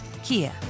Kia